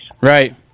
Right